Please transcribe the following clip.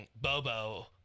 Bobo